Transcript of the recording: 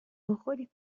بخوریم